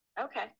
Okay